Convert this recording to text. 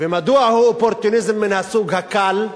ומדוע הוא אופורטוניזם מן הסוג הקל?